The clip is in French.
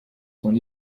son